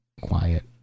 quiet